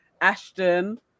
Ashton